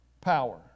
power